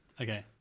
okay